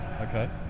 Okay